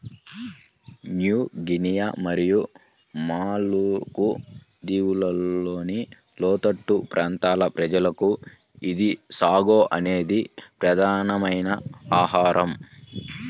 new Guinea మరియు Maluku దీవులలోని లోతట్టు ప్రాంతాల ప్రజలకు ఇది సాగో అనేది ప్రధానమైన ఆహారం